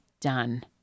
done